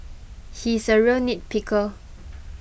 he is a real nitpicker